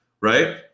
Right